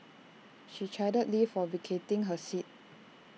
she chided lee for vacating her seat